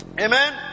amen